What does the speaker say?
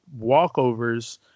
walkovers